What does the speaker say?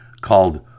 called